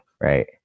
right